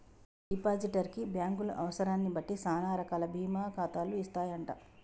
depositor కి బ్యాంకులు అవసరాన్ని బట్టి సానా రకాల బీమా ఖాతాలు ఇస్తాయంట